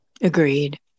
Agreed